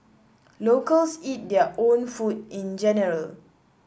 locals eat their own food in general